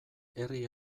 herri